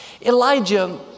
Elijah